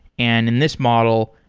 and in this model,